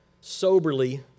soberly